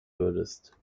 würdest